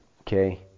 Okay